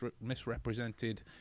misrepresented